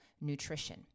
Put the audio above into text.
nutrition